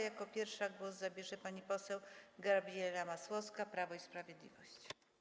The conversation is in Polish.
Jako pierwsza głos zabierze pani poseł Gabriela Masłowska, Prawo i Sprawiedliwość.